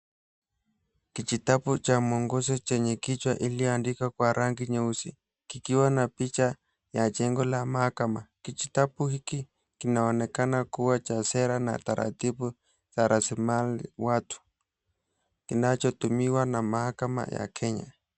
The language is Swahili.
Kijitabu cha muongozo chenye kichwa iliyoandikwa kwa rangi nyeusi, kikiwa na picha la jengo la mahakama. Kijitabu hiki kinaonekana kuwa cha sera na taratibu za rasilimali watu, kinachotumiwa na mahakama ya Kenya.